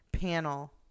panel